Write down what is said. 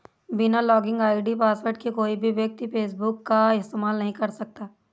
बिना login ID password के कोई भी व्यक्ति फेसबुक का इस्तेमाल नहीं कर सकता